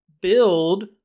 build